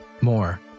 More